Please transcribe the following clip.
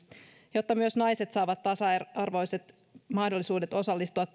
jotta myös naiset saavat tasa arvoiset mahdollisuudet osallistua